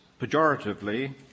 pejoratively